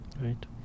right